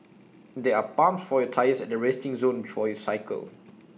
there are pumps for your tyres at the resting zone before you cycle